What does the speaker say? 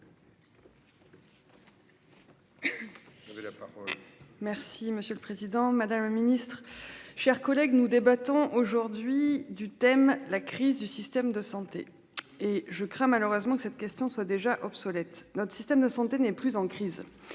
Merci, monsieur le Président Madame la Ministre chers collègues nous débattons aujourd'hui du thème, la crise du système de santé et je crains malheureusement que cette question soit déjà obsolète. Notre système de santé n'est plus en crise,